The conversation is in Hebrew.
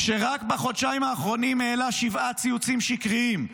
כשרק בחודשיים האחרונים העלה שבעה ציוצים שקריים,